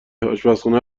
آشپرخونه